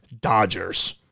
Dodgers